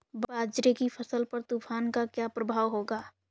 बाजरे की फसल पर तूफान का क्या प्रभाव होगा?